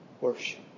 worship